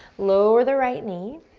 lower the right knee,